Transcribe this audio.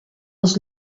als